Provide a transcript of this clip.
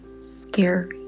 scary